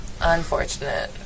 Unfortunate